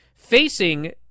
Facing